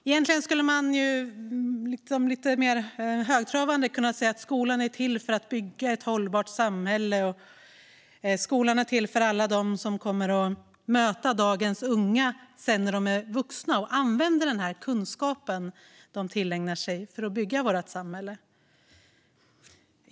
Egentligen skulle man mer högtravande kunna säga att skolan är till för att bygga ett hållbart samhälle och att skolan är till för alla dem som kommer att möta dagens unga när de sedan är vuxna och använda sin kunskap till att bygga vårt samhälle.